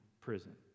prison